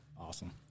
awesome